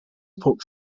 poke